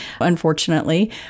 unfortunately